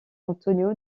antonio